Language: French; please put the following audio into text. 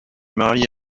marié